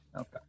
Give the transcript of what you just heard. Okay